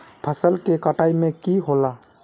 फसल के कटाई में की होला?